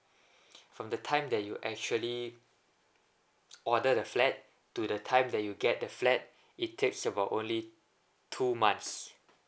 from the time that you actually order the flat to the time that you get the flat it takes about only two months